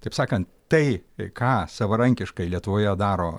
taip sakant tai ką savarankiškai lietuvoje daro